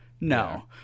no